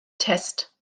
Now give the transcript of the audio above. test